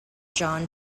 john